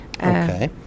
Okay